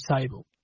table